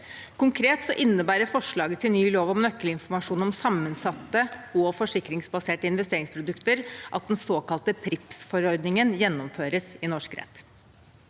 Konkret innebærer forslaget til ny lov om nøkkelinformasjon om sammensatte og forsikringsbaserte investeringsprodukter at den såkalte PRIIPs-forordningen gjennomføres i norsk rett.